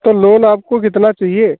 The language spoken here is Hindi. तो लोन आपको कितना चाहिए